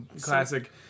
classic